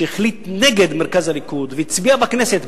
שהחליט נגד מרכז הליכוד והצביע בכנסת,